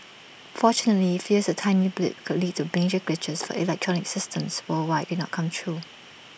fortunately fears that tiny blip could lead to major glitches for electronic systems worldwide did not come true